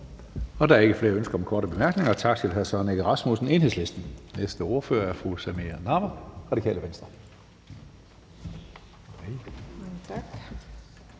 Der er ikke flere ønsker om korte bemærkninger. Tak til hr. Søren Egge Rasmussen, Enhedslisten. Den næste ordfører er fru Samira Nawa, Radikale Venstre.